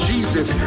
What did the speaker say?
Jesus